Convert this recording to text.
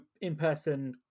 in-person